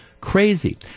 crazy